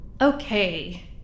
Okay